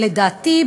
לדעתי,